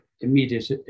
immediate